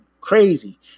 crazy